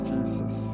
Jesus